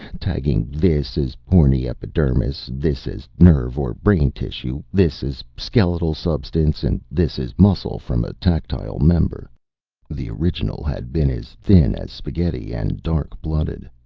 tagging this as horny epidermis, this as nerve or brain tissue, this as skeletal substance, and this as muscle from a tactile member the original had been as thin as spaghetti, and dark-blooded.